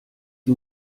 die